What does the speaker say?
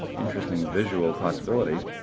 interesting visual possibilities.